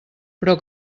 però